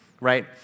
right